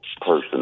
person